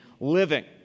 living